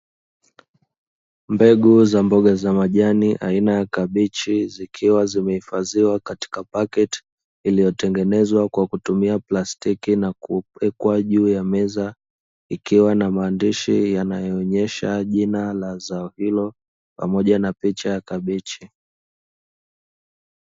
Mbegu za mboga za majani aina ya kabichi zikiwa zimeifadhiwa katika paketi, iliyotengenezwa kwa kutumia plastiki na kuwekwa juu ya meza, ikiwa na maandishi yanayoonyesha jina la zao, hilo pamoja na picha ya kabichi